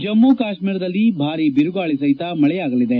ಜಮ್ನು ಕಾಶ್ಮೀರದಲ್ಲಿ ಭಾರೀ ಬಿರುಗಾಳಿ ಸಹಿತ ಮಳೆಯಾಗಲಿದೆ